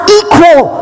equal